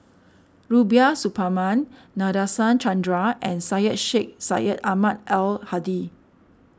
Rubiah Suparman Nadasen Chandra and Syed Sheikh Syed Ahmad Al Hadi